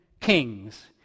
Kings